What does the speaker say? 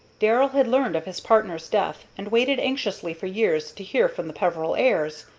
darrell had learned of his partner's death, and waited anxiously for years to hear from the peveril heirs.